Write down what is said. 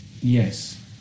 Yes